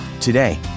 Today